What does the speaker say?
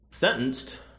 sentenced